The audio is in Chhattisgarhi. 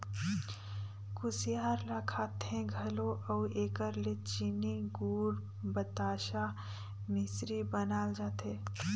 कुसियार ल खाथें घलो अउ एकर ले चीनी, गूर, बतासा, मिसरी बनाल जाथे